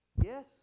Yes